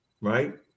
right